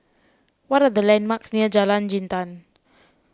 what are the landmarks near Jalan Jintan